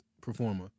performer